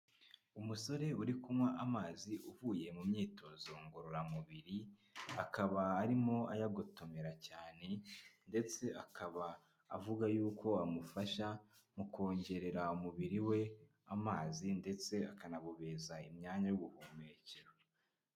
Umusore uri kunywa amazi uvuye mu myitozo ngororamubiri, akaba arimo ayagotomerara cyane ndetse akaba avuga yuko amufasha mu kongerera umubiri we amazi ndetse akanabobeza imyanya y'ubuhumekero.